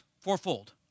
fourfold